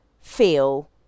feel